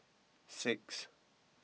six